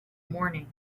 morning